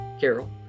Carol